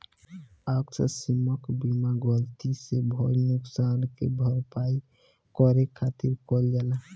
आकस्मिक बीमा गलती से भईल नुकशान के भरपाई करे खातिर कईल जाला